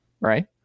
right